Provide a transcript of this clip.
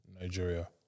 Nigeria